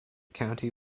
county